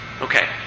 Okay